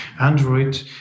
Android